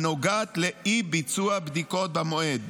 הנוגעת לאי-ביצוע בדיקות במועד.